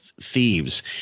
thieves